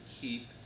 keep